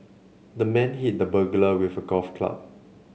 the man hit the burglar with a golf club